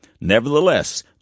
Nevertheless